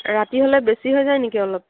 ৰাতি হ'লে বেছি হৈ যায় নেকি অলপ